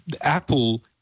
Apple